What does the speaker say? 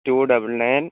two double nine